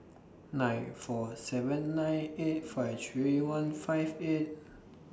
nine four seven nine eight five three one five eight